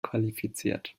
qualifiziert